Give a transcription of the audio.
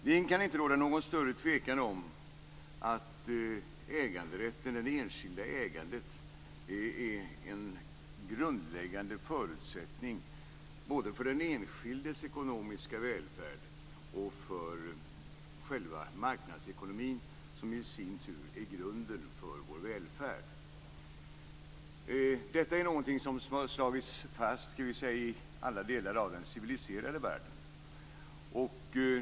Det kan inte råda någon större tvekan om att äganderätten eller det enskilda ägandet är en grundläggande förutsättning både för den enskildes ekonomiska välfärd och för själva marknadsekonomin, som i sin tur är grunden för vår välfärd. Detta är någonting som slagits fast i alla delar av den civiliserade världen.